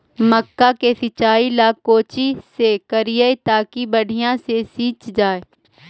मक्का के सिंचाई ला कोची से करिए ताकी बढ़िया से सींच जाय?